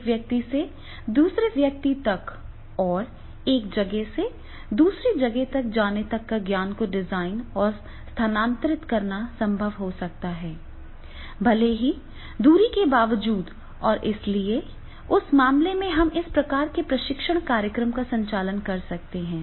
एक व्यक्ति से दूसरे व्यक्ति तक और एक जगह से दूसरी जगह तक ज्ञान को डिजाइन और स्थानांतरित करना संभव हो सकता है भले ही दूरी के बावजूद और इसलिए उस मामले में हम इस प्रकार के प्रशिक्षण कार्यक्रमों का संचालन कर सकते हैं